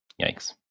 Yikes